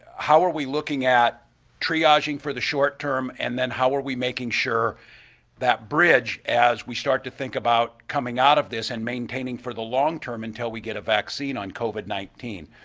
how are we looking at triaging for the short term and then how are we making sure that bridge as we start to think about coming out of this and maintaining for the long term until we get a vaccine on covid nineteen.